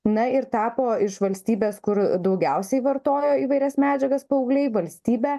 na ir tapo iš valstybės kur daugiausiai vartojo įvairias medžiagas paaugliai valstybe